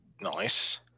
Nice